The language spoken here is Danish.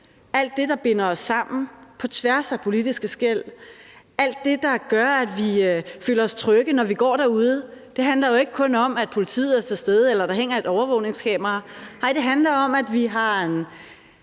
alt det, der binder os sammen på tværs af politiske skel, alt det, der gør, at vi føler os trygge, når vi går derude. Det handler jo ikke kun om, at politiet er til stede, eller at der hænger et overvågningskamera. Nej, det handler om, at vi har en